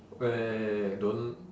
eh don't